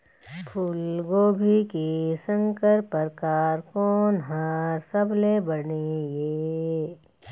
फूलगोभी के संकर परकार कोन हर सबले बने ये?